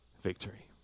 Victory